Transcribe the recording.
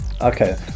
okay